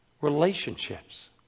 relationships